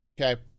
Okay